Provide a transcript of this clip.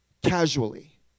casually